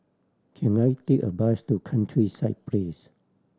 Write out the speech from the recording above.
can I take a bus to Countryside Place